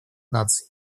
наций